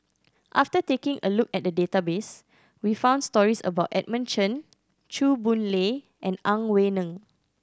after taking a look at database we found stories about Edmund Chen Chew Boon Lay and Ang Wei Neng